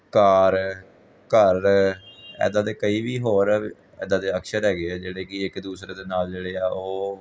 ਕਾਰ ਘਰ ਇੱਦਾਂ ਦੇ ਕਈ ਵੀ ਹੋਰ ਇੱਦਾਂ ਦੇ ਅਕਸ਼ਰ ਹੈਗੇ ਆ ਜਿਹੜੇ ਕਿ ਇੱਕ ਦੂਸਰੇ ਦੇ ਨਾਲ ਜਿਹੜੇ ਆ ਉਹ